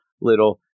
little